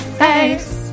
face